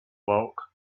bulk